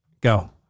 go